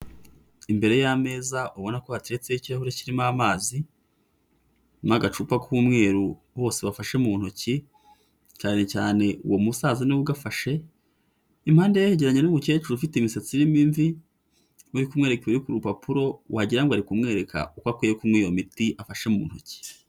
Imbere y'ameza ubona ko hateretseho ikirahure kirimo amazi, n'agacupa k'umweru bose bafashe mu ntoki, cyane cyane uwo musaza ni we ugafashe, impandeye yegeranye n'umukecuru ufite imisatsi irimo imvi, uri kumwereka ibiri ku rupapuro, wagira ngo ari kumwereka uko akwiye kunywa iyo miti afashe mu ntoki.